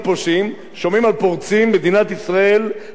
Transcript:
מדינת ישראל לא יודעת עם מי שי לה עסק.